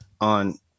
on